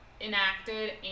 enacted